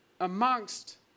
amongst